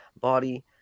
body